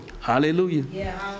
hallelujah